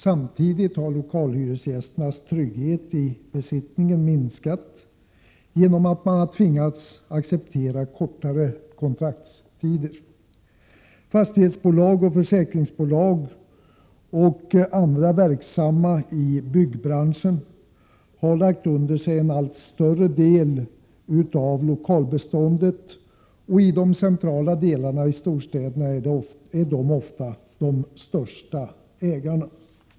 Samtidigt har lokalhyresgästernas trygghet när det gäller besittningen minskat genom att de har tvingats acceptera kortare kontraktstider. Fastighetsbolag, försäkringsbolag och andra i byggbranschen verksamma har lagt under sig en allt större del av lokalbeståndet, och i de centrala delarna av storstäderna är dessa ofta de största ägarna.